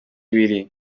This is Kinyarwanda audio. ibiri